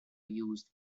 used